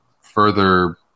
further